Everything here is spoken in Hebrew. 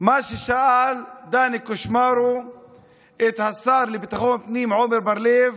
מה ששאל דני קושמרו את השר לביטחון פנים עמר בר לב,